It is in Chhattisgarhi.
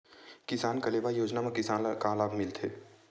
किसान कलेवा योजना म किसान ल का लाभ मिलथे?